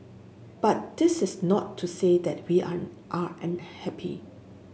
but this is not to say that we are are unhappy